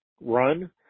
run